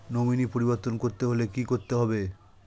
Nominee পরিবর্তন করতে হলে কী করতে হবে?